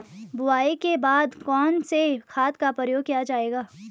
बुआई के बाद कौन से खाद का प्रयोग किया जायेगा?